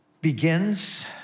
Begins